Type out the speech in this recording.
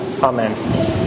Amen